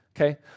okay